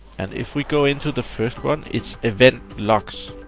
and if we go into the first one, it's event logs.